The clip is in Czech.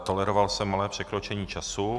Toleroval jsem malé překročení času.